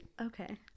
Okay